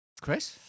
Chris